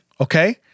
okay